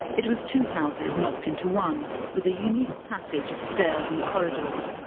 it was two houses knocked into one with a unique passage of stairs and corridors.